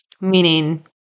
Meaning